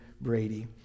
Brady